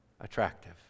Attractive